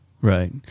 Right